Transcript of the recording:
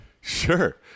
Sure